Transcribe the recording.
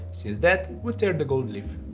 since that would tear the gold leaf.